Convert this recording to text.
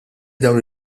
dawn